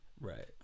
right